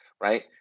Right